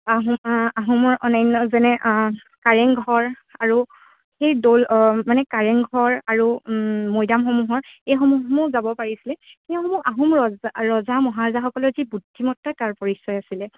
আহোম আ আহোমৰ অনান্য যেনে কাৰেংঘৰ আৰু সেই দৌল মানে কাৰেংঘৰ আৰু মৈদামসমূহৰ এইসমূহ যাব পাৰিছিলে সেইসমূহ আহোম ৰজা ৰজা মহাৰজাসকলৰ যি বুদ্ধিমত্তা তাৰ পৰিচয় আছিলে